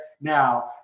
now